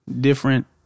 different